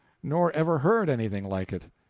nor ever heard anything like it.